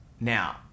Now